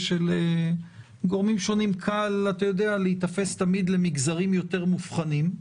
שלגורמים שונים קל להיתפס תמיד למגזרים יותר מובחנים.